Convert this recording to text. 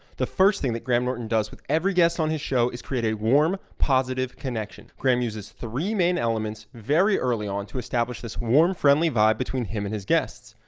the first thing that graham norton does with every guest on his show is create a warm positive connection. graham uses three main elements very early on to establish this warm friendly vibe between him and his guests.